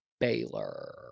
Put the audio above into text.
Baylor